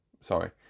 Sorry